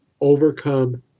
overcome